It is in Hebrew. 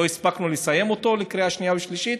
לא הספקנו לסיים אותו בקריאה שנייה ושלישית.